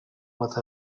with